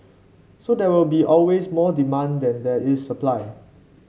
so there will be always more demand than there is supply